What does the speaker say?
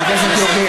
חבר הכנסת יוגב,